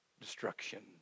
destruction